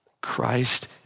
Christ